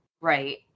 right